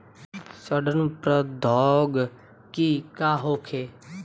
सड़न प्रधौगकी का होखे?